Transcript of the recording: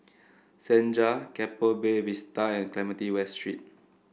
Senja Keppel Bay Vista and Clementi West Street